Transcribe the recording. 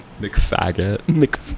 Mcfaggot